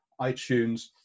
iTunes